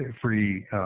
free –